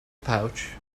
pouch